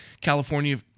California